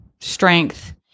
strength